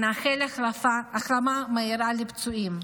נאחל החלמה מהירה לפצועים.